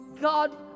God